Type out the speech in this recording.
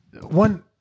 one